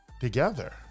together